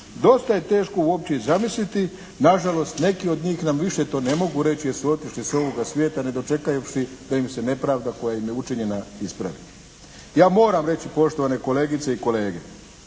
dosta je teško uopće i zamisliti na žalost neki od njih nam više to ne mogu reći jer su otišli s ovoga svijeta ne dočekavši da im se nepravda koja im je učinjena ispravi. Ja moram reći poštovane kolegice i kolege,